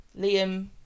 Liam